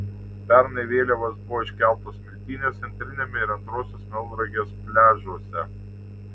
pernai vėliavos buvo iškeltos smiltynės centriniame ir antrosios melnragės pliažuose